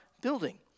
building